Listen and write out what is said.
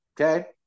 okay